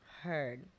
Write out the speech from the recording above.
Heard